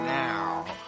now